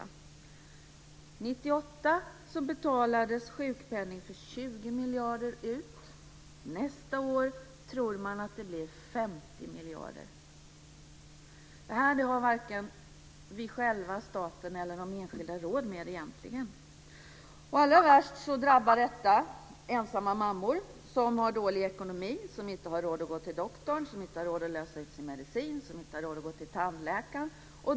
År 1998 betalades sjukpenning för 20 miljarder kronor ut. Nästa år tror man att det blir 50 miljarder kronor. Det här har varken vi själva, staten eller de enskilda råd med. Allra värst drabbar detta ensamma mammor som har dålig ekonomi, som inte har råd att gå till doktorn, som inte har råd att lösa ut sin medicin, som inte har råd att gå till tandläkaren.